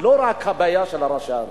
זאת לא רק הבעיה של ראשי הערים.